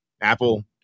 Apple